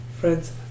Friends